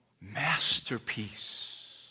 masterpiece